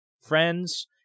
friends